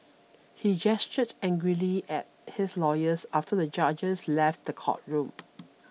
he gestured angrily at his lawyers after the judges left the courtroom